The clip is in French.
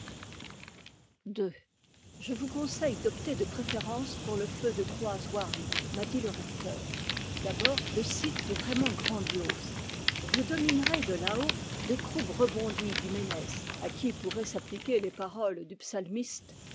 ii je vous conseille d'opter de préférence pour le feu de croaz houarn m'a dit le recteur d'abord le site est vraiment grandiose vous dominerez de là-haut les croupes rebondies du ménez à qui pourraient s'appliquer les paroles du psalmiste